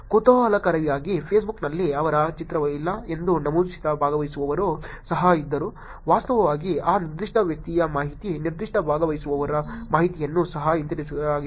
ಕುತೂಹಲಕಾರಿಯಾಗಿ ಫೇಸ್ಬುಕ್ನಲ್ಲಿ ಅವರ ಚಿತ್ರವಿಲ್ಲ ಎಂದು ನಮೂದಿಸಿದ ಭಾಗವಹಿಸುವವರು ಸಹ ಇದ್ದರು ವಾಸ್ತವವಾಗಿ ಆ ನಿರ್ದಿಷ್ಟ ವ್ಯಕ್ತಿಯ ಮಾಹಿತಿ ನಿರ್ದಿಷ್ಟ ಭಾಗವಹಿಸುವವರ ಮಾಹಿತಿಯನ್ನು ಸಹ ಹಿಂತಿರುಗಿಸಲಾಗಿದೆ